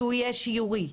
שהוא יהיה שיורי.